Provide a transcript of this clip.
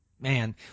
man